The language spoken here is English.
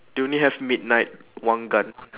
they only have midnight one gun